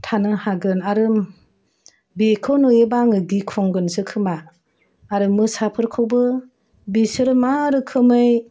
थानो हागोन आरो बेखौ नुयोबा आङो गिख्रंगोनसो खोमा आरो मोसाफोरखौबो बिसोरो मा रोखोमै